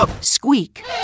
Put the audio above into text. squeak